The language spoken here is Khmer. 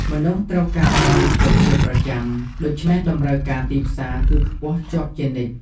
មនុស្សត្រូវការបរិភោគជាប្រចាំ ដូច្នេះតម្រូវការទីផ្សារគឺខ្ពស់ជាប់ជានិច្ច។